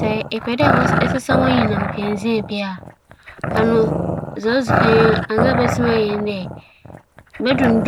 Sɛ me kandzea a medze enyinam kandzea sͻ sɛ a, mokͻtͻ fofor na meba a mudum no hwɛ dɛ m'edum no